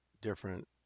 Different